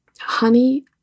Honey